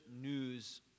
news